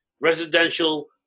residential